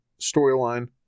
storyline